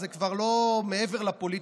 זה כבר מעבר לפוליטיקה.